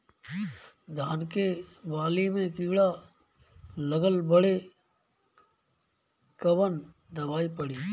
धान के बाली में कीड़ा लगल बाड़े कवन दवाई पड़ी?